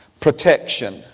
Protection